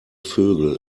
vögel